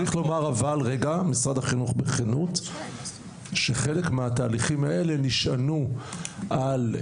צריך לומר בכנות שחלק מהתהליכים האלה נשענו על,